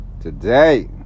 Today